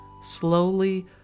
Slowly